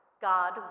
God